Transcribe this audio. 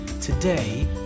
today